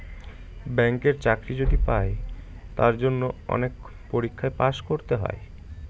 ব্যাঙ্কের চাকরি যদি পাই তার জন্য অনেক পরীক্ষায় পাস করতে হয়